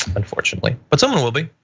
unfortunately. but someone will be,